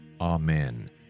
Amen